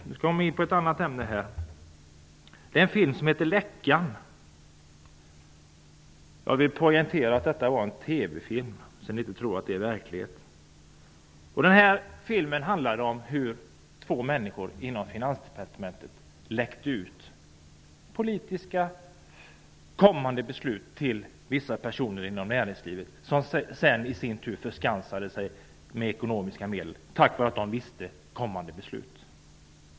Jag kommer alltså in på ett annat ämne. Filmen heter Läckan. Jag poängterar att det rör sig om en TV film för att ni inte skall tro att det handlar om verkligheten. Finansdepartementet läckte ut kommande politiska beslut till vissa personer inom näringslivet, som i sin tur förskansade sig med ekonomiska medel tack vare att de kände till kommande beslut.